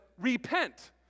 repent